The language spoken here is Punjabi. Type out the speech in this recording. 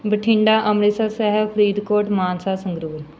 ਬਠਿੰਡਾ ਅੰਮ੍ਰਿਤਸਰ ਸਾਹਿਬ ਫਰੀਦਕੋਟ ਮਾਨਸਾ ਸੰਗਰੂਰ